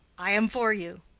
i am for you.